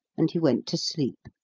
and he went to sleep.